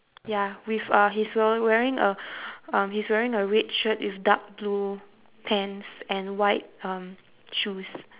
ya with uh he's we~ wearing a um he's wearing a red shirt with dark blue pants and white um shoes